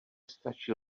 stačí